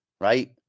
right